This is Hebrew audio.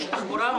יש תחבורה?